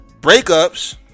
breakups